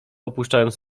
opuszczając